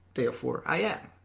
therefore, i am.